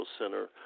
Center